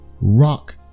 rock